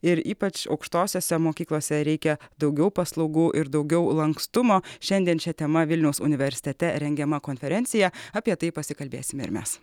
ir ypač aukštosiose mokyklose reikia daugiau paslaugų ir daugiau lankstumo šiandien šia tema vilniaus universitete rengiama konferencija apie tai pasikalbėsime ir mes